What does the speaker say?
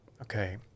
Okay